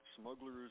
smugglers